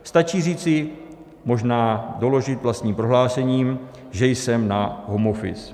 Stačí říci, možná doložit vlastním prohlášením, že jsem na home office.